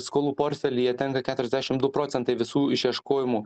skolų portfelyje tenka keturiasdešim du procentai visų išieškojimų